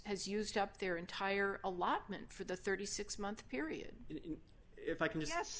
has used up their entire allotment for the thirty six month period if i can